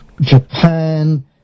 Japan